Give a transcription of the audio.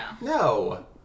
No